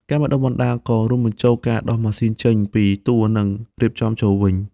ការបណ្តុះបណ្តាលក៏រួមបញ្ចូលការដោះម៉ាស៊ីនចេញពីតួនិងរៀបចំចូលវិញ។